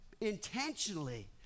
intentionally